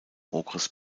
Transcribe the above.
okres